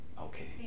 okay